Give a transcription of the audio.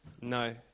No